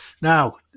now